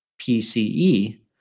PCE